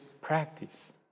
practice